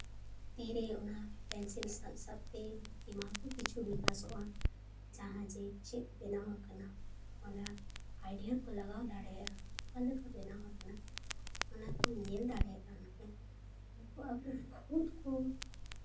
ᱛᱤᱨᱮ ᱚᱱᱟ ᱯᱮᱱᱥᱤᱞ ᱥᱟᱵ ᱥᱟᱵ ᱛᱮ ᱫᱤᱢᱟᱜᱽ ᱠᱚ ᱠᱤᱪᱷᱩ ᱵᱤᱠᱟᱥᱚᱜᱼᱟ ᱡᱟᱦᱟᱸ ᱡᱮ ᱪᱮᱫ ᱵᱮᱱᱟᱣ ᱟᱠᱟᱱᱟ ᱚᱱᱟ ᱟᱭᱰᱤᱭᱟ ᱠᱚ ᱞᱟᱜᱟᱣ ᱫᱟᱲᱮᱭᱟᱜᱼᱟ ᱚᱠᱟ ᱞᱮᱠᱟ ᱵᱮᱱᱟᱣ ᱟᱠᱟᱱᱟ ᱚᱱᱟ ᱠᱚ ᱧᱮᱞ ᱫᱟᱲᱮᱭᱟᱜᱼᱟ ᱩᱱᱠᱩ ᱩᱱᱠᱩ ᱟᱠᱚ ᱠᱷᱩᱫᱽ ᱠᱚ